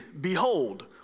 behold